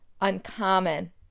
uncommon